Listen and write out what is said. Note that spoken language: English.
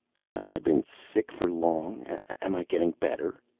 have i been sick for long? am i getting better?